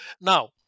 Now